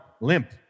limp